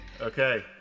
Okay